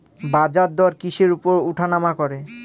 বাজারদর কিসের উপর উঠানামা করে?